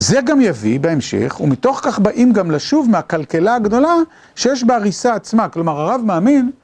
זה גם יביא בהמשך, ומתוך כך באים גם לשוב מהקלקלה הגדולה שיש בה הריסה עצמה, כלומר, הרב מאמין.